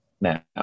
now